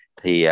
thì